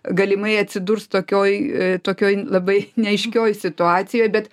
galimai atsidurs tokioj a tokioj labai neaiškioj situacijoj bet